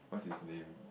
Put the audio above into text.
what's his name